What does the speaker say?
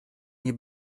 nie